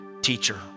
teacher